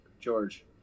George